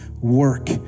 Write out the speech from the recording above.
work